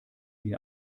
die